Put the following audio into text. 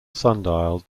sundial